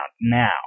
now